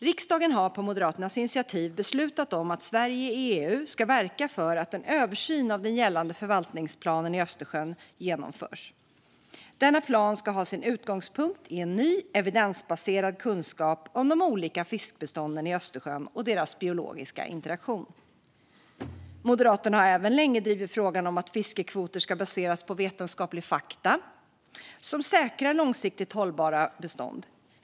Riksdagen har på Moderaternas initiativ beslutat att Sverige i EU ska verka för att en översyn av den gällande förvaltningsplanen för Östersjön genomförs. Planen ska ha sin utgångspunkt i en ny, evidensbaserad kunskap om de olika fiskbestånden i Östersjön och deras biologiska interaktion. Moderaterna har även länge drivit frågan om att fiskekvoter ska baseras på vetenskapliga fakta som säkerställer långsiktigt hållbara bestånd.